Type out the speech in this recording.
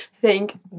thank